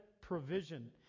provision